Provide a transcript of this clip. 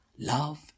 Love